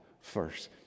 first